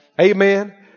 Amen